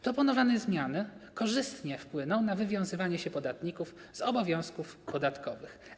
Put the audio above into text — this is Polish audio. Proponowane zmiany korzystnie wpłyną na wywiązywanie się podatników z obowiązków podatkowych.